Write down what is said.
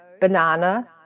banana